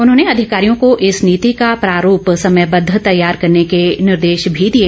उन्होंने अधिकारियों को इस नीति का प्रारूप समयबद्ध तैयार करने के निर्देश भी दिए